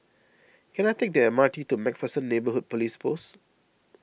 can I take the M R T to MacPherson Neighbourhood Police Post